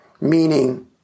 Meaning